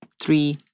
three